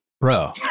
bro